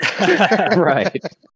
Right